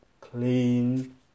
clean